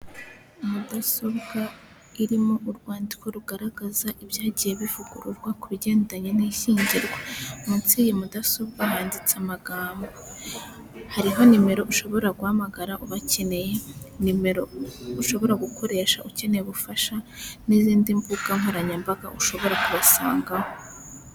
Mudasobwa irimo urwandiko rugaragaza ibyagiye bivugururwa ku bigendanye n'ishyingirwa munsi y'iyi mudasobwa yanditse amagambo hariho nimero ushobora guhamagara ubakeneye, nimero ushobora gukoresha ukeneye ubufasha, n'izindi mbuga nkoranyambaga ushobora kubasangaho.